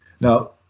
Now